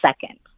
second